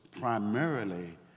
primarily